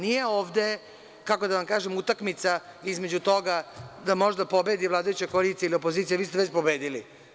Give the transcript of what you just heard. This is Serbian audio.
Nije ovde, kako da vam kažem, utakmica između toga da možda pobedi vladajuća koalicija ili opozicija, vi ste već pobedili.